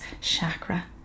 chakra